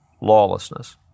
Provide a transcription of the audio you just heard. lawlessness